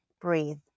breathe